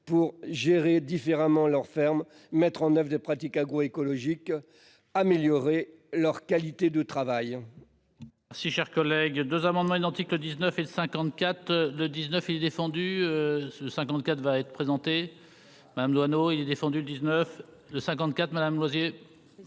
pour gérer différemment l'ferme mettre en oeuvre des pratiques agroécologiques. Améliorer leur qualité de travail. Si cher collègue 2 amendements identiques, le 19 et le 54 le 19 il est descendu. 54 va être présenté. Madame Jouanno. Il est défendu le 19 de 54 Madame Losier.